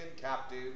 captive